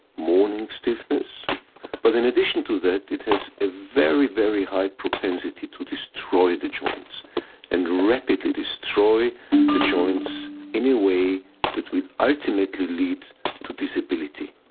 morning stiffness but in addition to that it has a very, very high propensity to destroy the joints and rapidly destroy the joints in a way that will ultimately lead to disability.